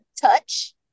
touch